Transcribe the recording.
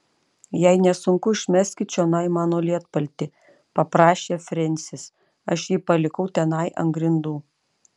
jei nesunku išmeskit čionai mano lietpaltį paprašė frensis aš jį palikau tenai ant grindų